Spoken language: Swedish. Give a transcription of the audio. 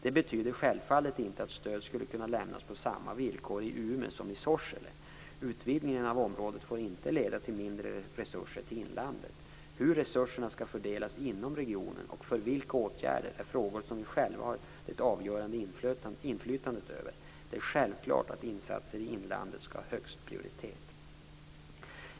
Det betyder självfallet inte att stöd skulle kunna lämnas på samma villkor i Umeå som i Sorsele. Utvidgningen av området får inte leda till mindre resurser till inlandet. Hur resurserna skall fördelas inom regionen och för vilka åtgärder är frågor som vi själva har det avgörande inflytandet över. Det är självklart att insatser i inlandet skall ha högst prioritet.